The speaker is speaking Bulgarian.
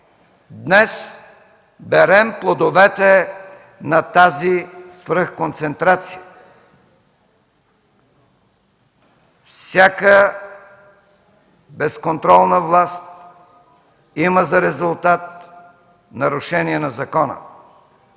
Днес берем плодовете на тази свръхконцентрация. Всяка безконтролна власт има за резултат нарушение на закона.